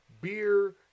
beer